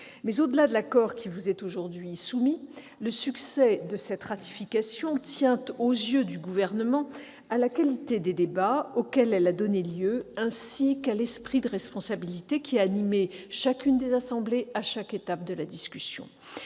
Mais au-delà de l'accord qui vous est aujourd'hui soumis, le succès de cette ratification tient, aux yeux des membres du Gouvernement, à la qualité des débats auxquels elle a donné lieu, ainsi qu'à l'esprit de responsabilité qui a animé les deux assemblées à chaque étape de la discussion.